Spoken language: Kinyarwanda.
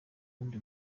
wundi